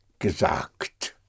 gesagt